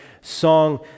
song